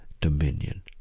dominion